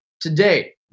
today